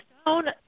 stone